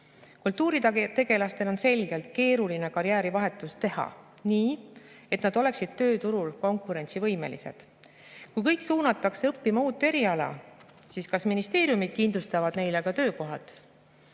Kultuuritegelastel on selgelt keeruline karjäärivahetust teha nii, et nad oleksid tööturul konkurentsivõimelised. Kui kõik suunatakse õppima uut eriala, siis kas ministeeriumid kindlustavad neile ka töökohad?